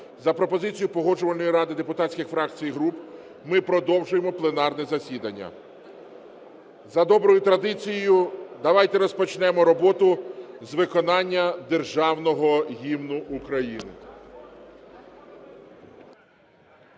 за пропозицією Погоджувальної ради депутатських фракцій і груп ми продовжуємо пленарне засідання. За доброю традицією давайте розпочнемо роботу з виконання Державного Гімну України.